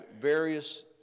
various